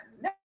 no